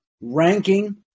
ranking